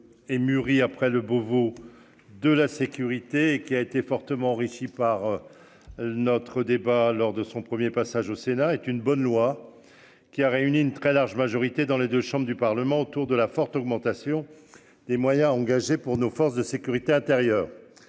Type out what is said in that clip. Et mûri après le Beauvau de la sécurité qui a été fortement enrichi par. Notre débat lors de son 1er passage au Sénat est une bonne loi. Qui a réuni une très large majorité dans les 2 chambres du parlement autour de la forte augmentation des moyens engagés pour nos forces de sécurité intérieure.